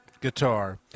guitar